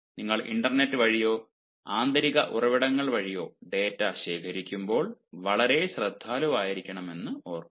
നിങ്ങൾ ഇന്റർനെറ്റ് വഴിയോ ആന്തരിക ഉറവിടങ്ങൾ വഴിയോ ഡാറ്റ ശേഖരിക്കുമ്പോൾ വളരെ ശ്രദ്ധാലുവായിരിക്കണമെന്ന് ഓർമ്മിക്കുക